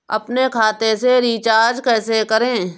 अपने खाते से रिचार्ज कैसे करें?